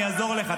אני אעזור לך.